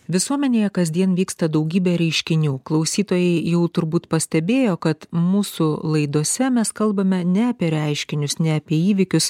visuomenėje kasdien vyksta daugybė reiškinių klausytojai jau turbūt pastebėjo kad mūsų laidose mes kalbame ne apie reiškinius ne apie įvykius